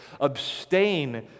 abstain